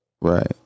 Right